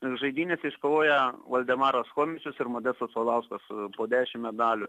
žaidynėse iškovoję valdemaras chomičius ir modestas paulauskas po dešimt medalių